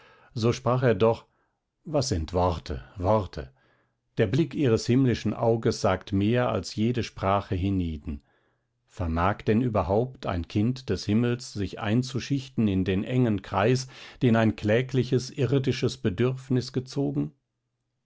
so sprach er doch was sind worte worte der blick ihres himmlischen auges sagt mehr als jede sprache hienieden vermag denn überhaupt ein kind des himmels sich einzuschichten in den engen kreis den ein klägliches irdisches bedürfnis gezogen